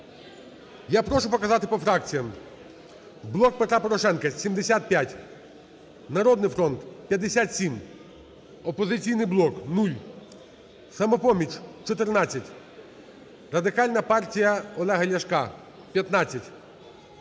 Я прошу показати по фракціях: "Блок Петра Порошенка" – 75, "Народний фронт" – 57, "Опозицій блок" – 0, "Самопоміч" – 14, Радикальна партія Олега Ляшка – 15,